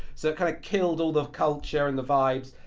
so it kinda killed all the culture and the vibes.